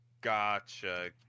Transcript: Gotcha